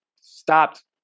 stopped